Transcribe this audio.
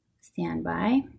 Standby